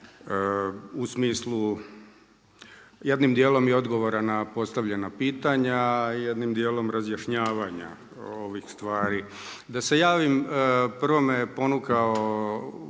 u smislu jednim dijelom i odgovora na postavljena pitanja, jednim dijelom razjašnjavanja ovih stvari. Da se javim prvo me ponukao